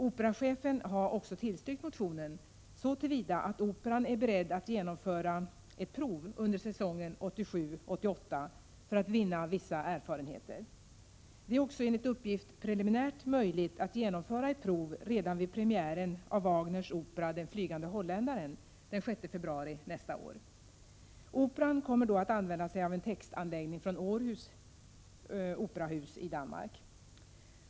Operachefen har också tillstyrkt motionen så till vida att Operan är beredd att genomföra ett prov under säsongen 1987-88 för att vinna vissa erfarenheter. Det är också enligt uppgift preliminärt möjligt att genomföra ett prov redan vid premiären av Wagners opera Den flygande holländaren den 6 februari nästa år. Operan kommer då att använda sig av en textanläggning från Århus operahus i Danmark.